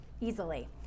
easily